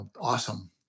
awesome